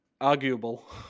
arguable